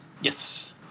yes